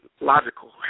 logical